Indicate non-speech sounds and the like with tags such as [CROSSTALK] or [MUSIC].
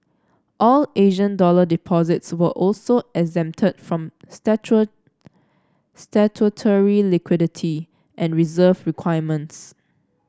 all Asian dollar deposits were also exempted from [UNINTELLIGIBLE] statutory liquidity and reserve requirements